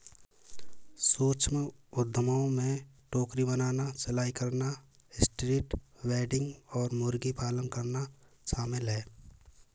सूक्ष्म उद्यमों में टोकरी बनाना, सिलाई करना, स्ट्रीट वेंडिंग और मुर्गी पालन करना शामिल है